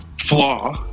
flaw